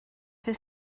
for